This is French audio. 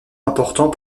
important